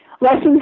Lessons